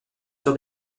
sur